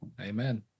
Amen